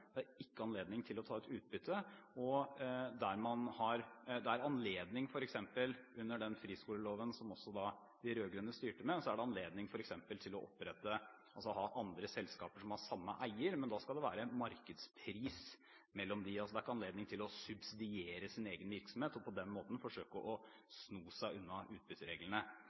Det er ikke anledning til å ta ut utbytte. Under den friskoleloven som også de rød-grønne styrte med, er det f.eks. anledning til å opprette og ha andre selskaper som har samme eier, men da skal det være markedspris mellom dem. Det er ikke anledning til å subsidiere sin egen virksomhet og på den måten forsøke å sno seg unna